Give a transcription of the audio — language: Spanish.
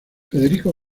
federico